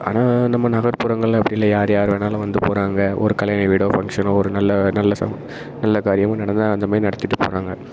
ஆனால் நம்ம நகர்புறங்கள்ல அப்படி இல்லை யார் யார்வேணுணாலும் வந்து போகிறாங்க ஒரு கல்யாண வீடோ ஃபங்ஷனோ ஒரு நல்ல நல்ல ச நல்ல காரியமும் நடந்தால் அந்தமாதிரி நடத்திட்டுப் போகிறாங்க